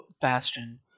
bastion